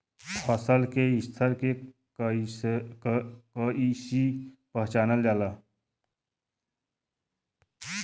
फसल के स्तर के कइसी पहचानल जाला